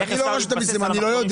אני לא רשות המיסים, אני לא יודע.